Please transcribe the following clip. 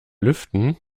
lüften